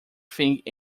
think